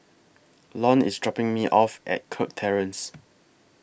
Lon IS dropping Me off At Kirk Terrace